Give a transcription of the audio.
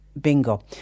Bingo